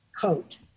coat